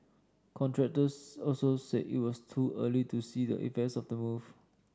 contractors also said it was too early to see the effects of the move